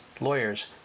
lawyers